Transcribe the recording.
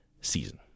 season